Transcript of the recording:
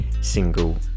single